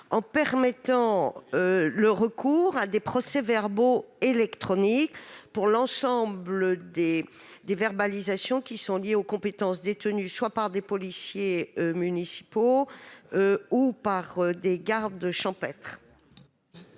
grâce au recours à des procès-verbaux électroniques pour l'ensemble des verbalisations liées aux compétences détenues soit par des policiers municipaux, soit par des gardes champêtres.